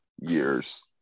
years